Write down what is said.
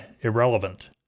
Irrelevant